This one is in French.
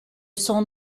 son